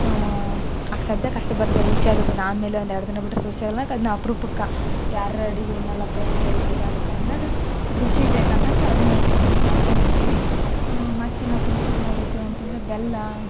ಸಧ್ಯಕ್ಕೆ ಅಷ್ಟು ಬರೋದು ರುಚಿ ಆಗುತ್ತೆ ಅದು ಆಮೇಲೆ ಒಂದು ಎರಡು ದಿನ ಬಿಟ್ಟರೆ ರುಚಿಯಾಗಲ್ಲ ಅನ್ನೋಕ್ ಅಪ್ರೂಪಕ್ಕೆ ಯಾರರ ಅಡ್ಗೆ ಉಣ್ಣಲ್ಲಪ್ಪ ಏನರ ರುಚಿಗೆ ಬೇಕನ್ನೋಕ್ಕ ಅದನ್ನ ಮಾಡ್ಕೊಂಡಿರ್ತಿವಿ ಮತ್ತೇನು ಅಪ್ರೂಪಕ್ಕೆ ಮಾಡಿರ್ತೀವಿ ಅಂತಂದರೆ ಬೆಲ್ಲ